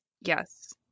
yes